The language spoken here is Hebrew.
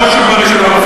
בראש ובראשונה.